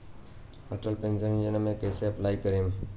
Atal pension Yojana मे कैसे apply करेम?